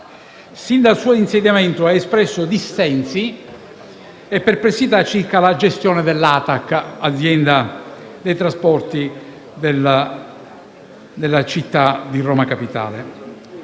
sin dal suo insediamento egli espresse dissensi e perplessità circa la gestione dell'ATAC, l'azienda dei trasporti di Roma Capitale.